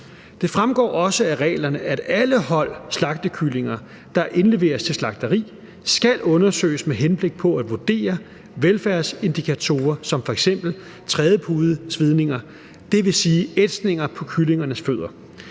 Det fremgår også af reglerne, at alle hold slagtekyllinger, der indleveres til slagteri, skal undersøges med henblik på at vurdere velfærdsindikatorer som f.eks. trædepudesvidninger, dvs. ætsninger på kyllingernes fødder.